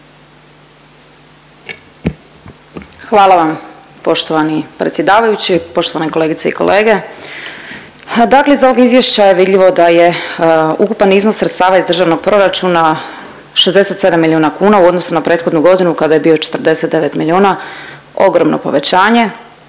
Hvala vam poštovani predsjedavajući. Poštovane kolegice i kolege. Dakle, iz ovog izvješća je vidljivo da je ukupan iznos sredstava iz državnog proračuna 67 milijuna kuna u odnosu na prethodnu godinu kada je bio 49 milijuna, ogromno povećanje.